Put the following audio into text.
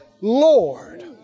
Lord